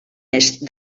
est